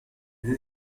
this